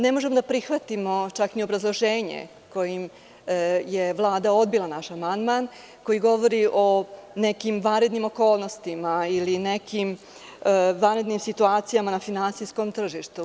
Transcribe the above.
Ne možemo da prihvatimo čak ni obrazloženje kojim je Vlada odbila naš amandman, koji govori o nekim vanrednim okolnostima ili nekim vanrednim situacijama na finansijskom tržištu.